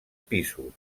pisos